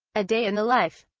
a day in the life.